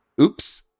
Oops